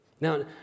Now